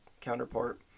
counterpart